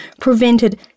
prevented